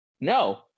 No